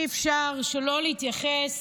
אי-אפשר שלא להתייחס